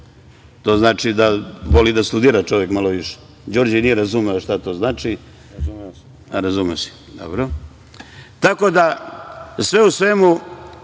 To znači da voli da studira čovek malo više. Đorđe nije razumeo šta to znači. Tako da sve u svemu